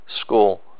school